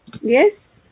Yes